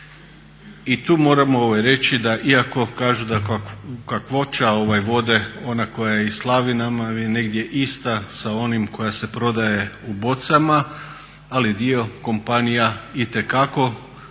I tu moram reći da iako kažu da kakvoća vode, ona koja je u slavinama je negdje ista sa onim koja se prodaje u bocama, ali dio kompanija itekako